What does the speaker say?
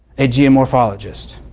a geomorphologist,